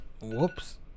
Whoops